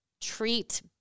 treat